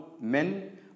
men